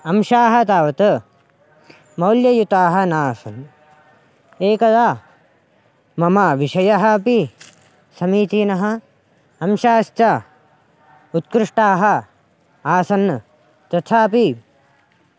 अंशाः तावत् मौल्ययुताः नासन् एकदा मम विषयः अपि समीचीनः अंशाश्च उत्कृष्टाः आसन् तथापि